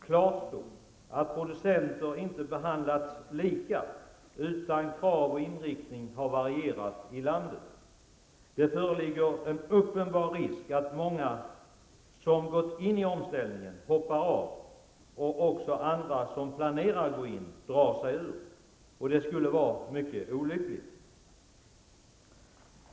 Klart står att producenter inte har behandlats lika, utan kraven och inriktningen har varierat i landet. Det föreligger en uppenbar risk att många som har gått in i omställningen hoppar av och att de som planerat att gå in drar sig ur. Det skulle vara mycket olyckligt.